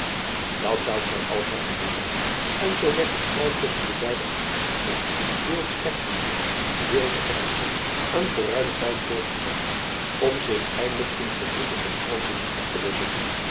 dat zoudt gy al zeide buat en zoo werd de strijd tusschen de beide echtgenooten deels schertsend deels ernstig een geruimen tijd voortgezet om zich eindelijk in vernieuwde omhelzingen op te lossen